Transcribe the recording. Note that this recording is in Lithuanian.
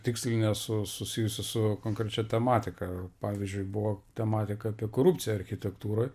tikslinė su susijusi su konkrečia tematika pavyzdžiui buvo tematika apie korupciją architektūroj